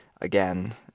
again